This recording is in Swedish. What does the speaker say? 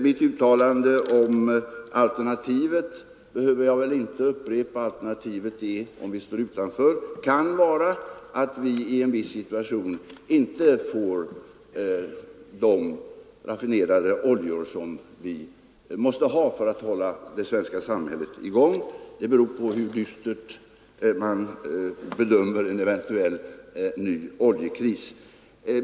Mitt uttalande om alternativet behöver jag väl inte upprepa. Alternativet, om vi står utanför, kan vara att vi i en viss situation inte får de raffinerade oljor som vi måste ha för att hålla det svenska samhället i gång. Det beror på hur dystert man bedömer en eventuell ny oljekris.